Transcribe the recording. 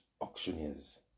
auctioneers